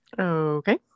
Okay